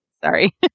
Sorry